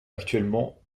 actuellement